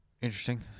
interesting